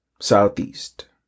Southeast